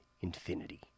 infinity